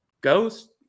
Ghost